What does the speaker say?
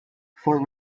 for